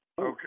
Okay